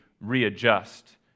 readjust